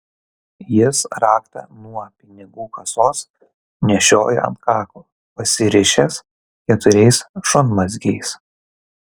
jis raktą nuo pinigų kasos nešioja ant kaklo pasirišęs keturiais šunmazgiais